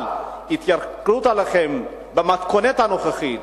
אבל התייקרות הלחם במתכונת הנוכחית,